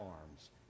arms